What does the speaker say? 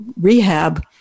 rehab